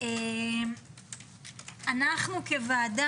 אנחנו כוועדה,